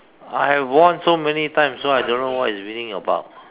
I have won so many times so I don't know what is winning about